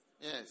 Yes